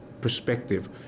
perspective